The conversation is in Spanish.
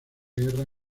guerra